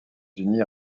unis